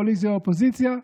קואליציה או אופוזיציה,